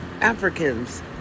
Africans